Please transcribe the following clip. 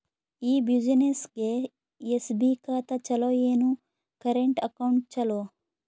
ಈ ಬ್ಯುಸಿನೆಸ್ಗೆ ಎಸ್.ಬಿ ಖಾತ ಚಲೋ ಏನು, ಕರೆಂಟ್ ಅಕೌಂಟ್ ಚಲೋ?